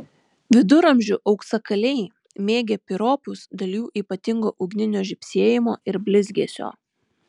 viduramžių auksakaliai mėgę piropus dėl jų ypatingo ugninio žybsėjimo ir blizgesio